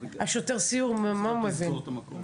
השוטר סיור מה הוא מבין?